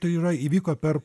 tai yra įvyko per